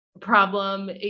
problem